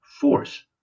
force